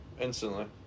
instantly